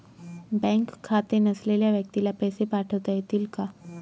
Bank खाते नसलेल्या व्यक्तीला पैसे पाठवता येतील का?